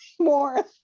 more